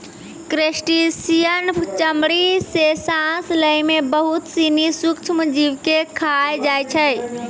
crustacean चमड़ी सें सांस लै में बहुत सिनी सूक्ष्म जीव के खाय जाय छै